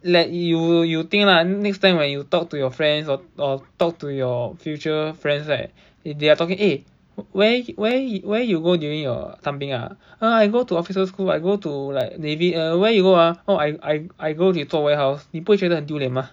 like you you think lah next time when you talk to your friends or or talk to your future friends right if they are talking eh where where where you go during your 当兵 ah I go to officers school I go to like navy ah where you go ah oh I I I go to 给做 warehouse 你不会觉得很丢脸吗